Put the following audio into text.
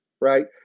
right